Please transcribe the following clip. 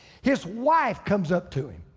his wife comes up to him.